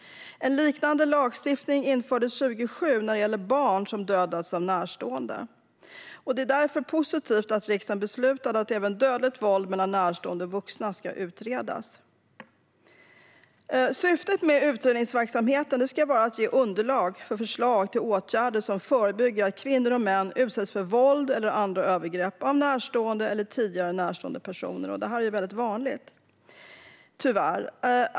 En liknande lagstiftning infördes 2007 när det gällde barn som dödats av närstående. Därför var det positivt att riksdagen beslutade att även dödligt våld mellan närstående vuxna ska utredas. Syftet med utredningsverksamheten ska vara att ge underlag för förslag till åtgärder som förebygger att kvinnor och män utsätts för våld eller andra övergrepp av närstående eller tidigare närstående personer. Sådant våld är ju väldigt vanligt, tyvärr.